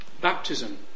Baptism